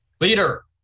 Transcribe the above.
Leader